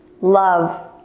love